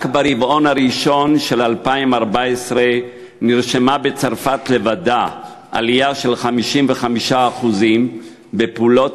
רק ברבעון הראשון של 2014 נרשמו בצרפת לבדה עלייה של 55% בפעולות